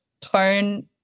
tone